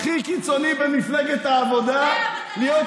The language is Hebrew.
הכי קיצוני במפלגת העבודה, זו המטרה של בנט.